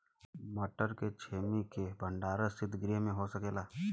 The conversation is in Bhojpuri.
मटर के छेमी के भंडारन सितगृह में हो सकेला?